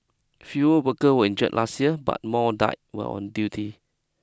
fewer workers were injured last year but more died while on duty